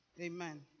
amen